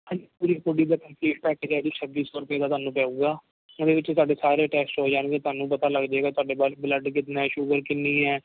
ਛੱਬੀ ਸੌ ਰੁਪਏ ਦਾ ਤੁਹਾਨੂੰ ਪਵੇਗਾ ਇਹਦੇ ਵਿੱਚ ਤੁਹਾਡੇ ਸਾਰੇ ਟੈਸਟ ਹੋ ਜਾਣਗੇ ਤੁਹਾਨੂੰ ਪਤਾ ਲੱਗ ਜਾਵੇਗਾ ਤੁਹਾਡੇ ਬ ਬਲੱਡ ਕਿੰਨਾ ਸ਼ੂਗਰ ਕਿੰਨੀ ਹੈ